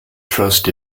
trust